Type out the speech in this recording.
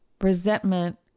Resentment